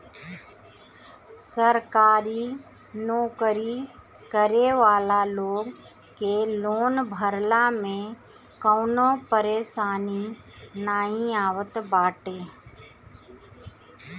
सरकारी नोकरी करे वाला लोग के लोन भरला में कवनो परेशानी नाइ आवत बाटे